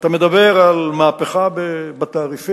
אתה מדבר על מהפכה בתעריפים,